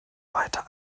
weiter